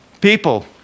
people